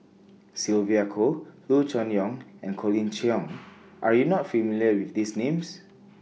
Sylvia Kho Loo Choon Yong and Colin Cheong Are YOU not familiar with These Names